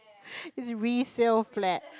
it's resale flat